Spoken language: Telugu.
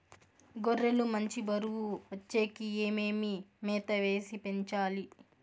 గొర్రె లు మంచి బరువు వచ్చేకి ఏమేమి మేత వేసి పెంచాలి?